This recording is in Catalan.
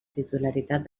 titularitat